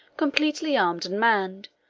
completely armed and manned,